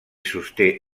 sosté